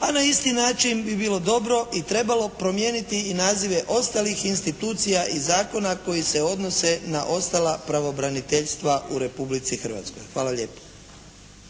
a na isti način bi bilo dobro i trebalo promijeniti i nazive ostalih institucija iz zakona koji se odnose na ostala pravobraniteljstva u Republici Hrvatskoj. Hvala lijepa.